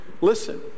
listen